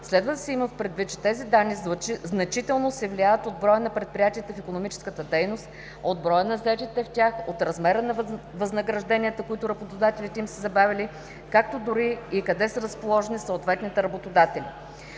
Следва да се има в предвид, че тези данни значително се влияят от броя на предприятията в икономическата дейност, от броя на заетите в тях, от размера на възнагражденията, които работодателите им са забавили, както дори и къде са разположени съответните работодатели.“